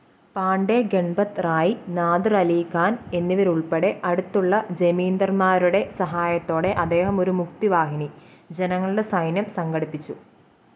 പാണ്ഡെ ഗൺപത് റായ് നാദിറലി ഖാൻ എന്നിവർ ഉൾപ്പെടെ അടുത്തുള്ള ജമീന്ദാർമാരുടെ സഹായത്തോടെ അദ്ദേഹം ഒരു മുക്തി വാഹിനി ജനങ്ങളുടെ സൈന്യം സംഘടിപ്പിച്ചു